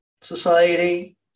society